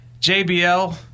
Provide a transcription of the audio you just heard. JBL